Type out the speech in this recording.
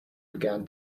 began